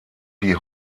die